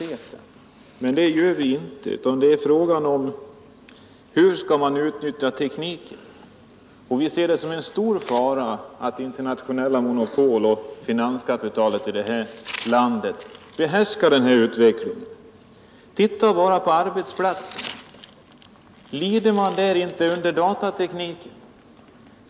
Men det gör vi inte, utan här är det fråga om hur man skall utnyttja tekniken. Vi ser det som en stor fara att internationella monopol och finanskapitalet i det här landet behärskar denna utveckling. Se bara på arbetsplatserna! Lider man inte där under datatekniken?